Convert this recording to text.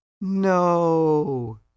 No